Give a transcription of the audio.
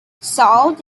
salt